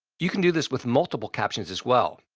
you can do this with multiple captions as well.